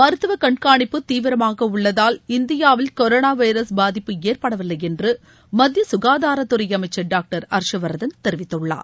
மருத்துவ கண்காணிப்பு தீவிரமாக உள்ளதால் இந்தியாவில் கொரோனா வைரஸ் பாதிப்பு ஏற்படவில்லை என்று மத்திய குகாதாரத்துறை அமைச்சர் ஹர்ஷ்வர்தன் தெரிவித்துள்ளார்